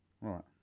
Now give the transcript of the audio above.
Right